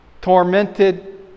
tormented